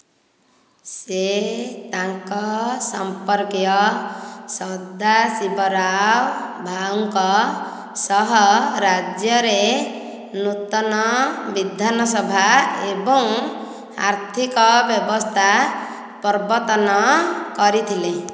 ସେ ତାଙ୍କ ସମ୍ପର୍କୀୟ ସଦାଶିବରାଓ ଭାଉଙ୍କ ସହ ରାଜ୍ୟରେ ନୂତନ ବିଧାନସଭା ଏବଂ ଆର୍ଥିକ ବ୍ୟବସ୍ଥା ପ୍ରବର୍ତ୍ତନ କରିଥିଲେ